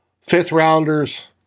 fifth-rounders